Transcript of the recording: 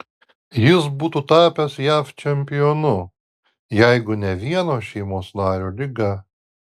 jis būtų tapęs jav čempionu jeigu ne vieno šeimos nario liga